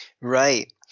Right